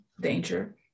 danger